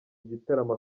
igitaramo